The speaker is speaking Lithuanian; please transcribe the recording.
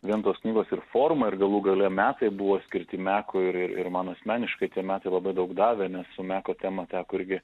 vien tos knygos ir forma ir galų gale metai buvo skirti mekui ir ir man asmeniškai tie metai labai daug davė su meko tema teko irgi